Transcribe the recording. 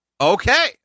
Okay